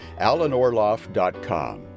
alanorloff.com